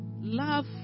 love